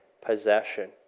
possession